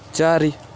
ଚାରି